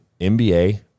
NBA